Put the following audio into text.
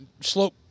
slope